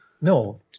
no